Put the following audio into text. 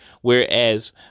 Whereas